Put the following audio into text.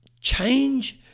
change